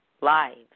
lives